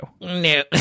No